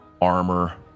armor